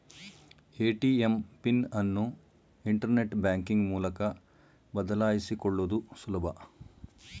ATM pin ಅನ್ನು internet banking ಮೂಲಕ ಬದಲಾಯಿಸಿಕೊಳ್ಳುದು ಸುಲಭ